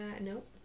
nope